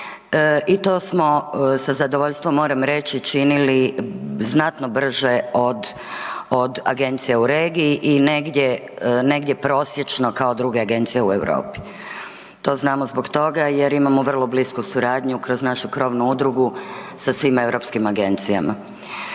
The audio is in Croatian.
i to smo sa zadovoljstvom, moram reći činili znatno brže od agencija u regiji i negdje prosječno kao druge agencije u Europi. To znamo zbog toga jer imao vrlo blisku suradnju kroz našu krovnu udrugu sa svim europskim agencijama.